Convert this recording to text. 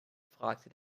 fragte